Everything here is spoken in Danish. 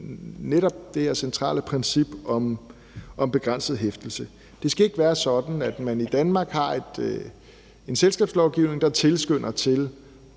netop det her centrale princip om begrænset hæftelse. Det skal ikke være sådan, at man i Danmark har en selskabslovgivning, der tilskynder til